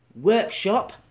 workshop